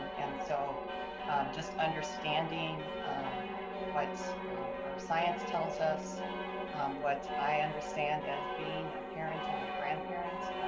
um and so just understanding what our science tells us what i understand as being a parent and a grandparent.